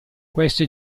queste